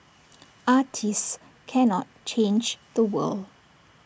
artists cannot change the world